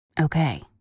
Okay